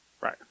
Right